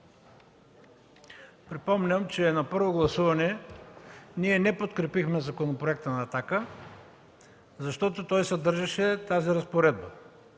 Припомням, че на първо гласуване ние не подкрепихме законопроекта на „Атака”, защото съдържаше тази разпоредба